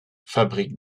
fabrique